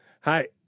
Hi